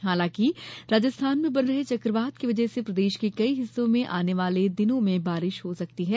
हालांकि राजस्थान में बन रहे चकवात की वजह से प्रदेश के कई हिस्सों में आने वाले दिनों में बारिश हो सकती है